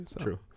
True